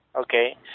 Okay